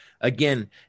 again